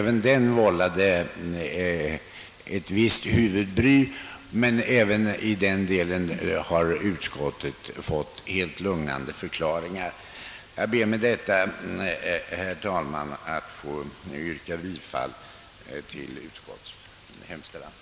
Detta vållade visst huvudbry i utskottet, men även i den delen har utskottet fått helt lugnande förklaringar. Jag ber med detta, herr talman, att få yrka bifall till utskottets hemställan.